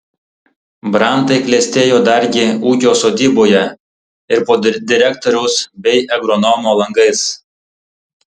brantai klestėjo dargi ūkio sodyboje ir po direktoriaus bei agronomo langais